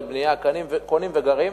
קונים וגרים.